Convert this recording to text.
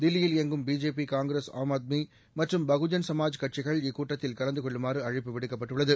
தில்லியில் இயங்கும் பிஜேபி காங்கிரஸ் ஆம் ஆத்மி மற்றும் பகுஜன் சமாஜ் கட்சிகள் இக்கூட்டத்தில் கலந்து கொள்ளுமாறு அழைப்பு விடுக்கப்பட்டுள்ளது